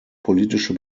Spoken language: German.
politische